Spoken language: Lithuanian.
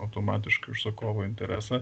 automatiškai užsakovo interesą